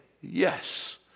yes